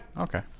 Okay